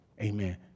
Amen